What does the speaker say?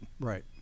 right